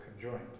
conjoined